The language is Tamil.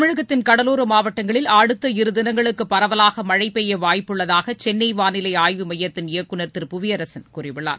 தமிழகத்தின் கடலோர மாவட்டங்களில் அடுத்த இருதினங்களுக்கு பரவலாக மழை பெய்ய வாய்ப்புள்ளதாக சென்னை வாளிலை ஆய்வு மையத்தின் இயக்குநர் திரு புவியரசன் கூறியுள்ளார்